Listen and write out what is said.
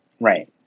Right